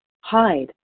hide